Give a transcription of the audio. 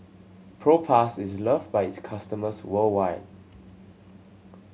Propass is loved by its customers worldwide